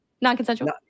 Non-consensual